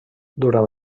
durant